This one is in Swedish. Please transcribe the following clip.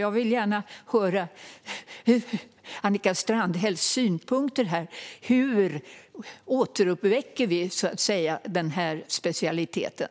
Jag vill gärna höra Annika Strandhälls synpunkter här. Hur återuppväcker vi den här specialiteten?